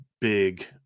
big